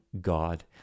God